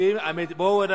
גם אני